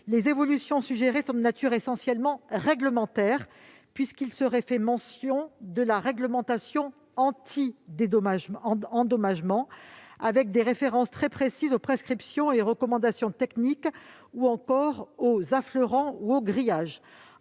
les évolutions suggérées sont de nature essentiellement réglementaire, puisqu'il serait fait mention de la réglementation anti-endommagement avec des références très précises aux prescriptions et recommandations techniques ainsi qu'aux affleurants ou aux grillages.